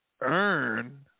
earn